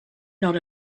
not